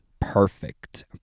Perfect